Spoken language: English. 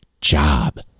job